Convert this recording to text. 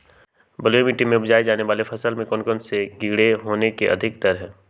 बलुई मिट्टी में उपजाय जाने वाली फसल में कौन कौन से कीड़े होने के अधिक डर हैं?